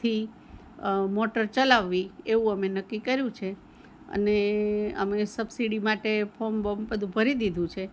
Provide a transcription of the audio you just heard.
થી મોટર ચલાવવી એવું અમે નક્કી કર્યુ છે અને અમે સબસીડી માટે ફોર્મ બોમ બધું ભરી દીધું છે